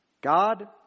God